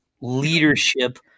leadership